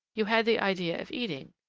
you had the idea of eating,